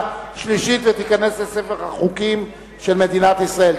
שלישית ותיכנס לספר החוקים של מדינת ישראל.